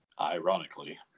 Ironically